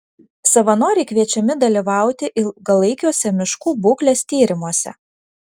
savanoriai kviečiami dalyvauti ilgalaikiuose miškų būklės tyrimuose